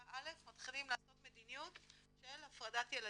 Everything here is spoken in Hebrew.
א' מתחילים לעשות מדיניות של הפרדת ילדים.